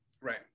Right